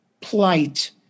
plight